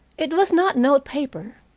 it was not note paper.